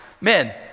men